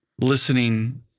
listening